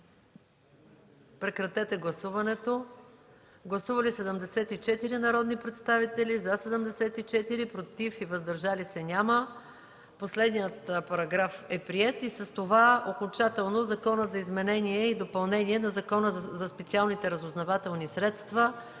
в законопроекта. Гласували 74 народни представители: за 74, против и въздържали се няма. Последният параграф е приет, а с това окончателно и Законът за изменение и допълнение на Закона за специалните разузнавателни средства